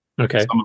Okay